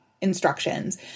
instructions